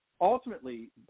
ultimately